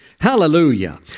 Hallelujah